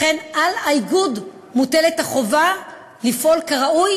לכן על האיגוד מוטלת החובה לפעול כראוי